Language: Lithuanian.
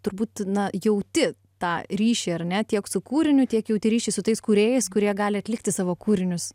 turbūt na jauti tą ryšį ar ne tiek su kūriniu tiek jauti ryšį su tais kūrėjais kurie gali atlikti savo kūrinius